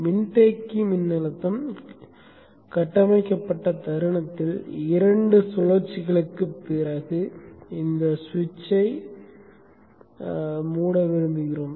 மின்தேக்கி மின்னழுத்தம் கட்டமைக்கப்பட்ட தருணத்தில் 2 சுழற்சிகளுக்குப் பிறகு இந்த சுவிட்சை மூட விரும்புகிறோம்